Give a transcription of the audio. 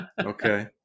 Okay